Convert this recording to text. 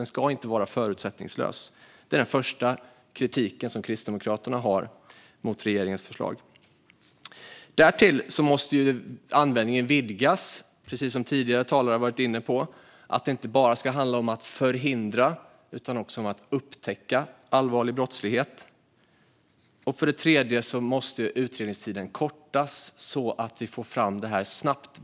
Den ska inte vara förutsättningslös. Detta är den första punkt där Kristdemokraterna har kritik mot regeringens förslag. Den andra punkten rör att användningen måste vidgas, precis som tidigare talare har varit inne på. Det ska inte bara handla om att förhindra utan också om att upptäcka allvarlig brottslighet. Den tredje punkten gäller att utredningstiden måste kortas så att vi får fram det här snabbt.